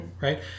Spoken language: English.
right